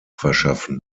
verschaffen